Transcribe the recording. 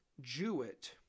Jewett